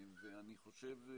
אני חושב,